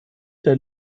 der